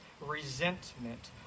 resentment